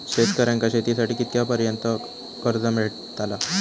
शेतकऱ्यांका शेतीसाठी कितक्या पर्यंत कर्ज भेटताला?